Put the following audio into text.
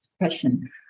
question